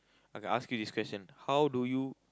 I ask you this question how do you